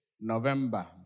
November